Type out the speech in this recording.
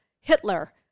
Hitler